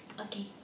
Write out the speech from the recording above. Okay